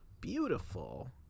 beautiful